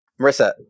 Marissa